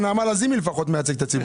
אבל נעמה לזימי מייצגת את הציבור.